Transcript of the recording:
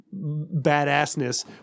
badassness